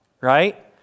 right